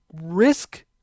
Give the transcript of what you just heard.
risk